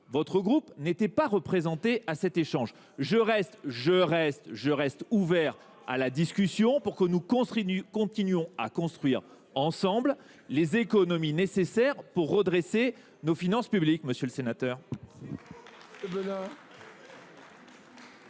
Votre groupe n’était pas représenté à cet échange. La politique de la chaise vide ! Je reste ouvert à la discussion, pour que nous continuions à construire ensemble les économies nécessaires pour redresser nos finances publiques. Pas brillant